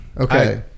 Okay